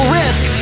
risk